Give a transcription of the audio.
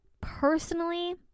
personally